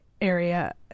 area